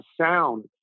sound